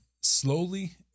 slowly